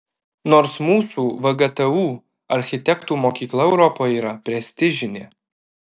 nors mūsų vgtu architektų mokykla europoje yra prestižinė